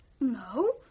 No